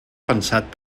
pensat